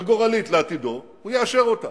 וגורלית לעתידו, הוא יאשר אותה.